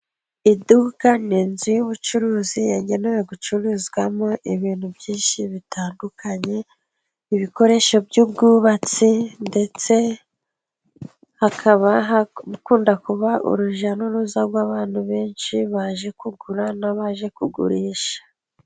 Iduka ni inzu y'ubucuruzi yagenewe gucuruzwamo ibintu byinshi bitandukanye, ibikoresho by'ubwubatsi ndetse hakaba hakunda kuba urujya n'uruza rw'abantu benshi bajye kugura n'abajye kugurisha.